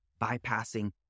bypassing